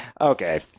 okay